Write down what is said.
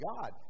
God